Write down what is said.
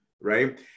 right